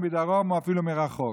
מדרום או אפילו מרחוק.